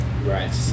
Right